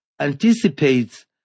anticipates